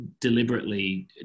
deliberately